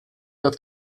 der